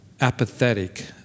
apathetic